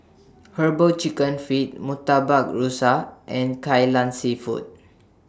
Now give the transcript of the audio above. Herbal Chicken Feet Murtabak Rusa and Kai Lan Seafood